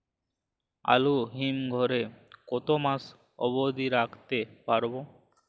আলু হিম ঘরে কতো মাস অব্দি রাখতে পারবো?